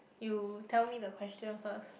you tell me the question first